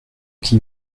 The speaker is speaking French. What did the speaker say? qui